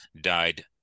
died